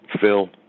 Phil